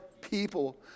people